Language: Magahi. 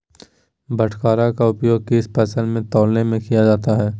बाटखरा का उपयोग किस फसल को तौलने में किया जाता है?